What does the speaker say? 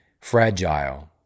fragile